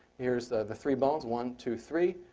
here's the the three bones, one, two, three.